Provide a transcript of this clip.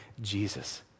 Jesus